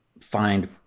find